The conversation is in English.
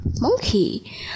monkey